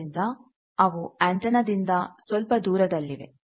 ಆದ್ದರಿಂದ ಅವು ಎಂಟೆನಾ ದಿಂದ ಸ್ವಲ್ಪ ದೂರದಲ್ಲಿವೆ